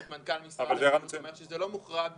שמעתי הבוקר את מנכ"ל משרד הבריאות אומר שזה לא מוחרג.